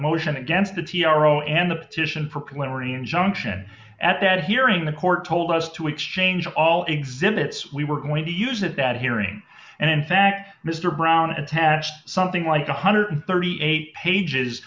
motion against the t r o and the petition for plenary injunction at that hearing the court told us to exchange all exhibits we were going to use at that hearing and in fact mr brown attached something like one hundred and thirty eight